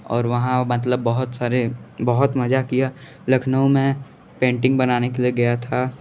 और वहाँ मतलब बहुत सारे बहुत मज़ा किया लखनऊ में पेंटिंग बनाने के लिए गया था